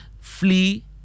flee